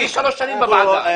אני שלוש שנים בוועדה.